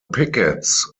pickets